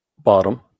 bottom